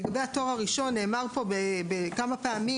לגבי התואר הראשון נאמר פה כמה פעמים